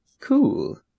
Cool